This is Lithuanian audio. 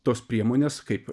tos priemonės kaip